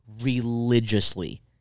religiously